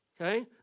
Okay